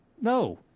No